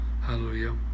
Hallelujah